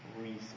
reason